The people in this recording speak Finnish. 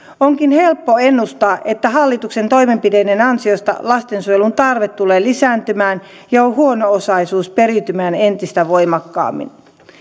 onkin helppo ennustaa että hallituksen toimenpiteiden ansioista lastensuojelun tarve tulee lisääntymään ja huono osaisuus periytymään entistä voimakkaammin